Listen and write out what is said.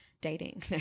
Dating